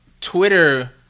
Twitter